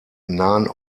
nahen